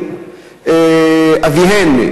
האוונגליסטי,